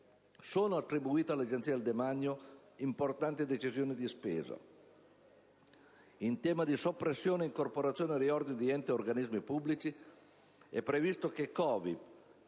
grazie a tutti